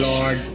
Lord